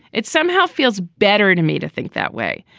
it somehow feels better to me to think that way.